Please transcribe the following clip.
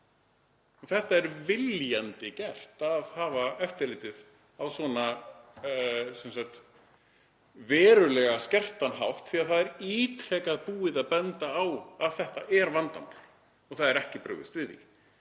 Það er viljandi gert að hafa eftirlitið svona verulega skert af því að það er ítrekað búið að benda á að þetta er vandamál og það er ekki brugðist við því.